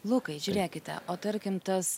lukai žiūrėkite o tarkim tas